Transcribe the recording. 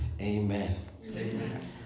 amen